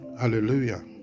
Hallelujah